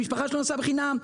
המשפחה שלו נסעה בחינם,